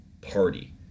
party